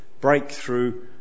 breakthrough